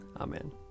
Amen